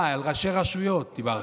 על ראשי רשויות דיברתי.